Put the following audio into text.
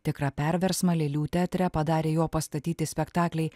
tikrą perversmą lėlių teatre padarė jo pastatyti spektakliai